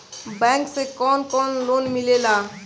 Bank से कौन कौन लोन मिलेला?